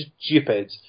stupid